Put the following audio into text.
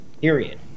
period